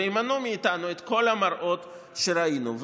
ויימנעו מאיתנו כל המראות שראינו.